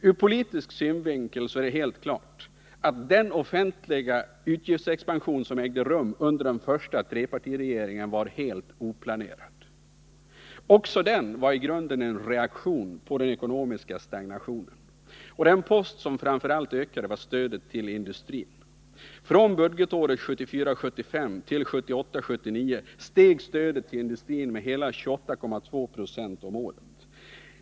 Ur politisk synvinkel torde det vara helt klart att den offentliga utgiftsexpansion som ägde rum under den första trepartiregeringen var helt oplanerad. Även den var i grunden en reaktion på den ekonomiska stagnationen. Den post som framför allt ökade var stödet till industrin. Från budgetåret 1974 79 steg stödet till industrin med hela 28,2 7o om året!